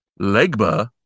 Legba